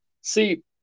see